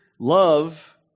love